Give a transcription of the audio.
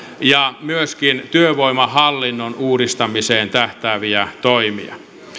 ja myöskin työvoimahallinnon uudistamiseen tähtääviä toimia